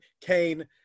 Kane